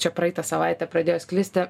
čia praeitą savaitę pradėjo sklisti